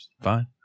fine